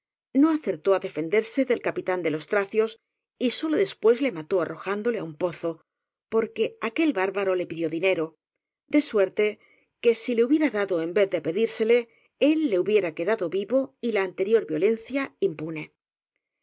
no acertó á defenderse del capitán de los tracios y sólo después le mató arrojándole á un pozo porque aquel bárbaro le pidió dinero de suerte que si se le hubiera dado en vez de pedír sele él hubiera quedado vivo y la anterior violen cia impune